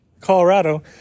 Colorado